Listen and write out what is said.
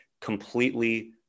completely